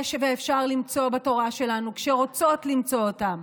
יש ואפשר למצוא בתורה שלנו, כשרוצות למצוא אותם.